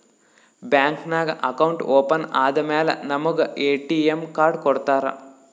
bank ನಾಗ್ account open ಆದಮ್ಯಾಲ ನಮುಗ ಎ.ಟಿ.ಎಮ್ ಕಾರ್ಡ್ ಕೊಡ್ತಾರ್